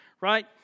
right